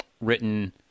written